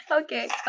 okay